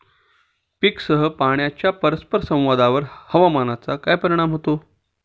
पीकसह पाण्याच्या परस्पर संवादावर हवामानाचा काय परिणाम होतो?